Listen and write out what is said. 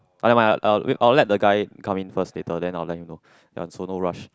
ah never mind I'll I'll wait I will let the guy come in first later then I will let him know so no rush